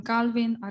Calvin